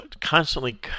constantly